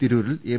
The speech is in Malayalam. തിരൂരിൽ എം